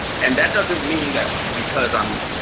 and that doesn't mean that because i'm,